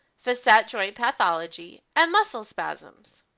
facet joint pathology, and muscle spasms.